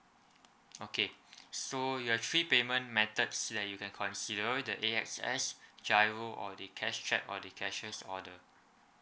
okay so there are three payment methods that you can consider the axs giro or the cash cheque or the cashier's order